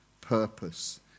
purpose